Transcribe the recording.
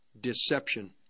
deception